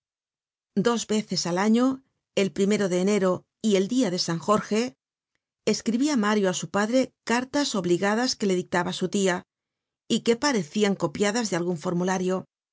dos veces al año el de enero y el dia de san jorge escribia ma'rio á su padre cartas obligadas que le dictaba su tia y que parecian copiadas de algun formulario